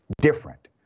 different